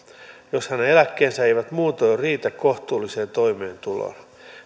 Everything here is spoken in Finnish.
jos hänen eläkkeensä eivät muutoin riitä kohtuulliseen toimeentuloon